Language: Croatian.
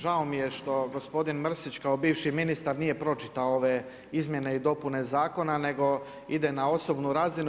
Žao mi je što gospodin Mrsić kao bivši ministar nije pročitao ove izmjene i dopune zakona, nego ide na osobnu razinu.